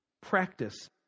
Practice